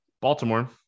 Baltimore